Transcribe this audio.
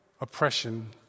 oppression